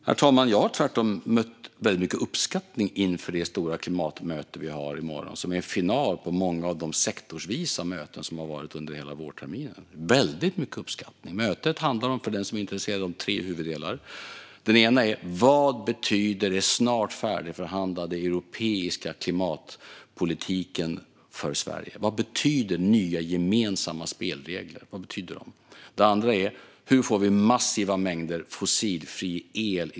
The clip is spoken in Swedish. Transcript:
Herr talman! Jag har tvärtom mött väldigt mycket uppskattning inför det stora klimatmöte som vi har i morgon, som är en final på många av de sektorsvisa möten som har varit under hela vårterminen. Jag har mött väldigt mycket uppskattning. För den som är intresserad kan jag berätta att mötet handlar om tre huvuddelar. Den första är: Vad betyder den snart färdigförhandlade europeiska klimatpolitiken för Sverige? Vad betyder nya gemensamma spelregler? Den andra är: Hur får vi massiva mängder fossilfri el i Sverige?